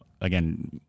again